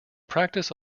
practice